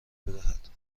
بدهد